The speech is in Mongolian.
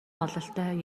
бололтой